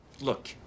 Look